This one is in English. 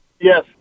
Yes